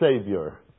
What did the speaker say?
Savior